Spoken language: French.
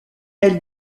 elle